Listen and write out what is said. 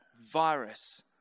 virus